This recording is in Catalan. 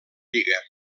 lliga